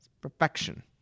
perfection